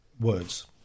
words